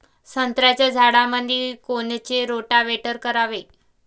संत्र्याच्या झाडामंदी कोनचे रोटावेटर करावे?